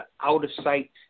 out-of-sight